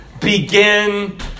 begin